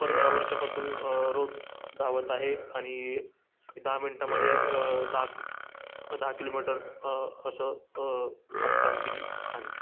पंधरा वर्षापासून रोज धावत आहे आणि दहा मिनटामध्ये दहा दहा किलोमीटर असं खास कामगिरी आहे